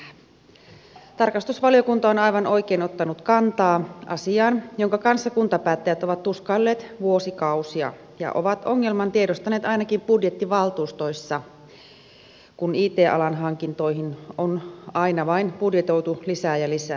tarkastusvaliokunta on aivan oikein ottanut kantaa asiaan jonka kanssa kuntapäättäjät ovat tuskailleet vuosikausia ja ovat ongelman tiedostaneet ainakin budjettivaltuustoissa kun it alan hankintoihin on aina vain budjetoitu lisää ja lisää